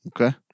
Okay